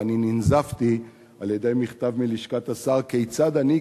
ואני ננזפתי במכתב מלשכת השר כיצד אני,